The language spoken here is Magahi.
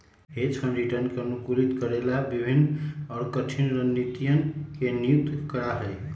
हेज फंड रिटर्न के अनुकूलित करे ला विभिन्न और कठिन रणनीतियन के नियुक्त करा हई